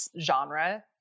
genre